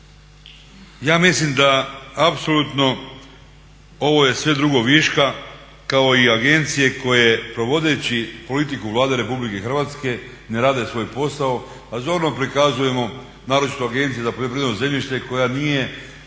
Ja mislim da apsolutno ovo je sve drugo viška kao i agencije koje provodeći politiku Vlade Republike Hrvatske ne rade svoj posao, a zorno prikazujemo naročito Agencije za poljoprivredno zemljište koja nije